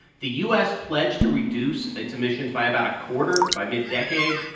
the u s. pledged to reduce its emissions by about a quarter by middecade.